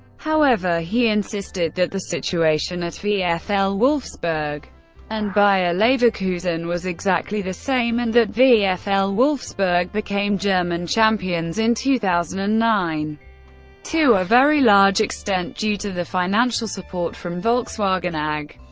however, he insisted that the situation at vfl wolfsburg and bayer leverkusen was exactly the same, and that vfl wolfsburg became german champions in two thousand and nine to a very large extent due to the financial support from volkswagen ag.